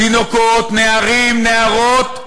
תינוקות, נערים, נערות,